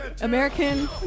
American